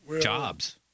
jobs